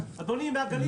אדוני, מהגליל הגענו.